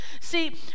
see